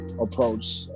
approach